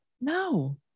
no